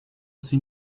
sie